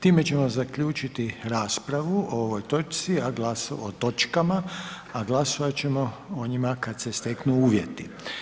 Time ćemo zaključiti raspravu o ovoj točci, o točkama, a glasovati ćemo o njima kada se steknu uvjeti.